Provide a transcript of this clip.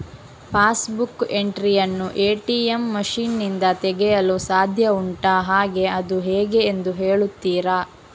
Pass book entry ಯನ್ನು ATM machine ನಿಂದ ತೆಗೆಯಲು ಸಾಧ್ಯ ಉಂಟಾ ಹಾಗೆ ಅದು ಹೇಗೆ ಎಂದು ಹೇಳುತ್ತೀರಾ?